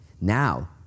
Now